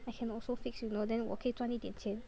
I can also fix you know then 我可以赚一点钱